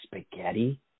spaghetti